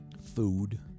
food